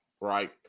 Right